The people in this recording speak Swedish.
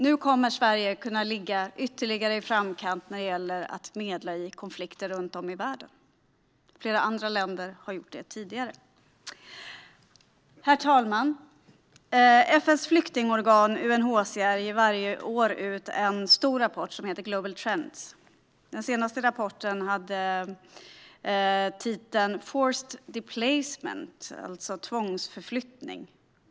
Nu kommer Sverige att kunna ligga ytterligare i framkant när det gäller att medla i konflikter runt om i världen. Flera andra länder har gjort det tidigare. Herr talman! FN:s flyktingorgan UNHCR ger varje år ut en stor rapport som heter Global Trends . Den senaste rapporten hade titeln Forced Displacement , alltså tvångsförflyttning.